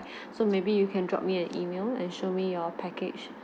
so maybe you can drop me an email and show me your package